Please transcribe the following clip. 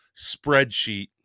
spreadsheet